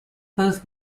both